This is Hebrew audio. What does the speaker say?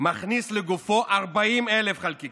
מכניס לגופו 40,000 חלקיקים,